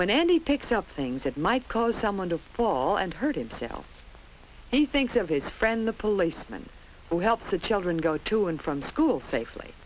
when and he picks up things that might cause someone to fall and hurt himself and he thinks of his friend the policeman who helps the children go to and from school safely